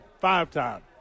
five-time